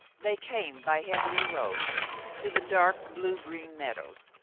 they came by heav ier roads to the dark, blue-green meadows,